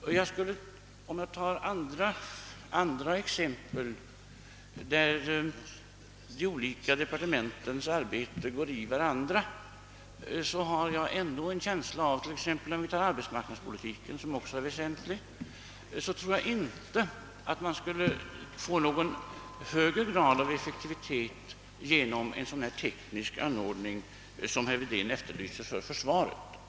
Om jag ser hur det är på andra områden där de olika departementens uppgifter går i varandra, t.ex. ifråga om arbetsmarknadspolitiken som också är väsentlig, har jag ändå en känsla av att vi inte kan få någon högre grad av effektivitet genom en sådan teknisk anordning som herr Wedén efterlyser för försvaret.